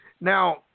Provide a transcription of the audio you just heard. Now